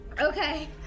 Okay